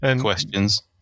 questions